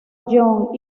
john